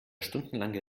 stundenlange